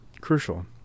crucial